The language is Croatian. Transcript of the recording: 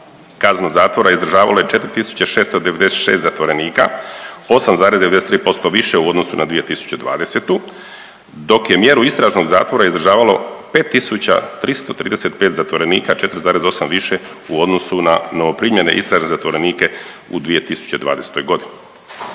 Kaznu zatvora izdržavalo je 4696 zatvorenika, 8,93% više u odnosu na 2020. dok je mjeru istražnog zatvora izdržavalo 5335 zatvorenika, 4,8 više u odnosu na novoprimljene istražne zatvorenike u 2020. godini.